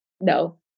No